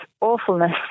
awfulness